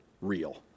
real